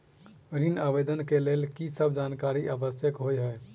ऋण आवेदन केँ लेल की सब जानकारी आवश्यक होइ है?